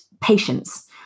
patience